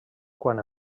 quan